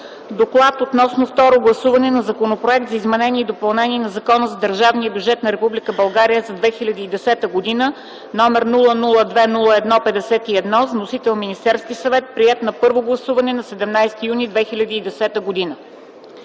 „Доклад относно второ гласуване на Законопроект за изменение и допълнение на Закона за държавния бюджет на Република България за 2010 г., № 002-01-51, с вносител Министерският съвет, приет на първо гласуване на 17 юни 2010 г.